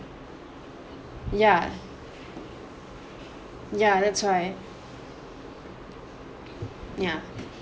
ya ya that's why ya